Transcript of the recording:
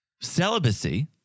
celibacy